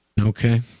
Okay